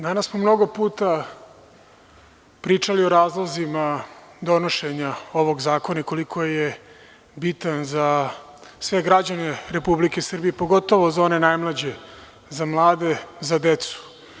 Danas smo mnogo puta pričali o razlozima donošenja ovog zakona i koliko je bitan za sve građane Republike Srbije, pogotovo za one najmlađe, za mlade, za decu.